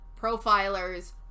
profilers